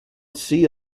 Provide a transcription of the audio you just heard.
see